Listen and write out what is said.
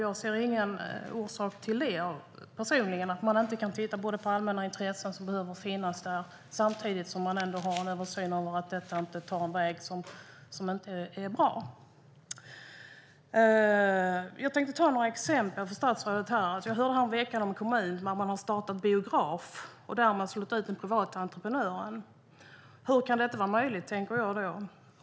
Jag ser inte personligen någon orsak till att man inte kan titta på allmänna intressen som behöver finnas där samtidigt som man har en översyn av att detta inte tar en väg som inte är bra. Jag tänkte ta några exempel. Jag hörde häromveckan om en kommun där man har startat en biograf och därmed slagit ut den privata entreprenören. Hur kan detta vara möjligt? tänker jag.